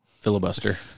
filibuster